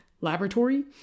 laboratory